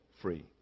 free